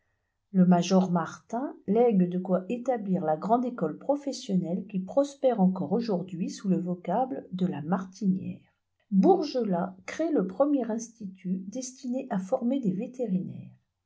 le major martin lègue de quoi établir la grande école professionnelle qui prospère encore aujourd'hui sous le vocable de la martinière bourgelat crée le premier institut destiné à former des vétérinaires